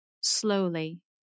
Slowly